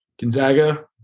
Gonzaga